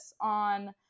on